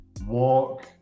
Walk